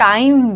Time